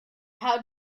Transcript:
how